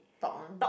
talk one